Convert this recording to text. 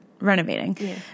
renovating